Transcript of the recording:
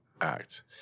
act